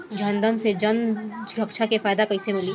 जनधन से जन सुरक्षा के फायदा कैसे मिली?